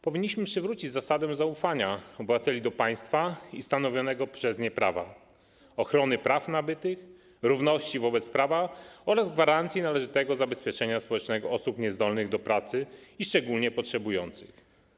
Powinniśmy przywrócić zasadę zaufania obywateli do państwa i stanowionego przez nie prawa, ochrony praw nabytych, równości wobec prawa oraz gwarancji należytego zabezpieczenia społecznego osób niezdolnych do pracy i szczególnie potrzebujących.